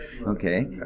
Okay